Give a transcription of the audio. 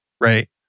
right